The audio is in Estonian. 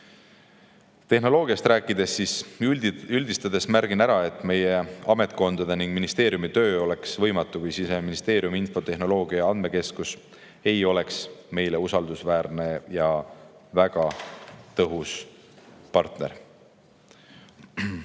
Tehnoloogiast rääkides märgin üldistades ära, et meie ametkondade ning ministeeriumi töö oleks võimatu, kui Siseministeeriumi infotehnoloogia‑ ja [arendus]keskus ei oleks meile usaldusväärne ja väga tõhus partner.